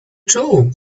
too